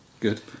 Good